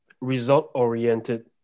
result-oriented